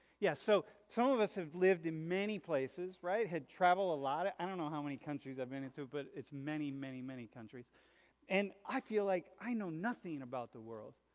yeah, so some of us have lived in many places right had traveled a lot i don't know how many countries i've been into but it's many, many, many countries and i feel like i know nothing about the world.